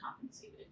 compensated